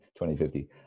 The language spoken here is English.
2050